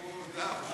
יעל גרמן,